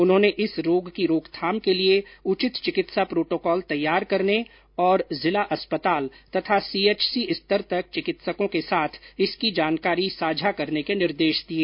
उन्होंने इस रोग की रोकथाम के लिए उचित चिकित्सा प्रोटोकॉल तैयार करने तथा जिला अस्पताल और सीएचसी स्तर तक चिकित्सकों के साथ इसकी जानकारी साझा करने के निर्देश दिए